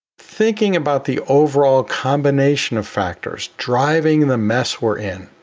thinking about the overall combination of factors driving the mess we're in.